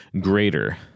greater